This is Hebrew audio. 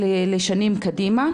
ולשנים קדימה.